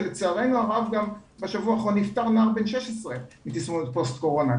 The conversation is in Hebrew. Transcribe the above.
ולצערנו הרב בשבוע האחרון נפטר נער בן 16 מתסמונת פוסט קורונה.